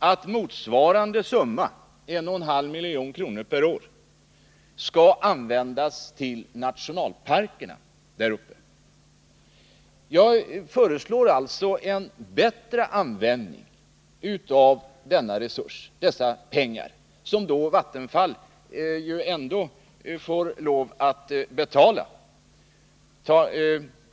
— att motsvarande summa, 1,5 milj.kr. per år, skall användas till nationalparkerna däruppe. Jag föreslår en bättre användning av dessa pengar, som då Vattenfall får lov att betala.